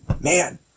man